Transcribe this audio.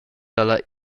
dalla